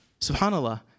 Subhanallah